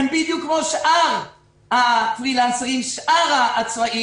הם בדיוק כמו שאר הפרילנסרים, שאר העצמאיים,